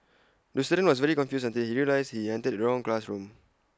the student was very confused until he realised he entered the wrong classroom